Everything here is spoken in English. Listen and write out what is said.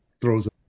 throws